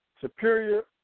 superior